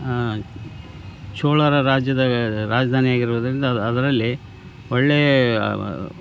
ಆ ಚೋಳರ ರಾಜ್ಯದ ರಾಜಧಾನಿ ಆಗಿರೋದರಿಂದ ಅದರಲ್ಲಿ ಒಳ್ಳೆಯ